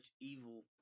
evil